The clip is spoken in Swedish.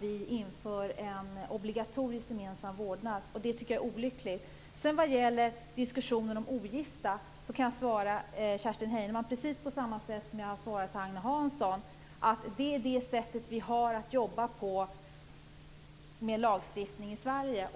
vi inför en obligatorisk gemensam vårdnad. Det tycker jag är olyckligt. Vad gäller diskussionen om ogifta kan jag svara Kerstin Heinemann på precis samma sätt som jag har svarat Agne Hansson: Detta är det sätt vi har att jobba med lagstiftning på i Sverige.